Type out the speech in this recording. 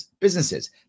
businesses